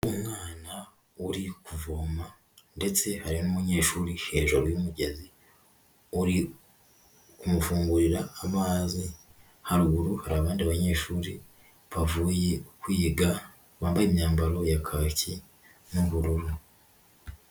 Umwana uri kuvoma ndetse hari n'umunyeshuri hejuru y'umugezi uri kumufungurira amazi, haruguru hari abandi banyeshuri bavuye kwiga, bambaye imyambaro ya kaki n'ubururu.